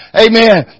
Amen